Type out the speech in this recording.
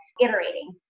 iterating